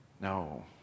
No